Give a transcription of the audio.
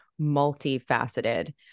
multifaceted